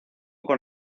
con